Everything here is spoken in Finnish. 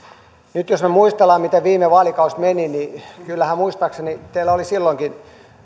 nyt jos me muistelemme miten viime vaalikausi meni niin kyllähän muistaakseni teillä oli silloinkin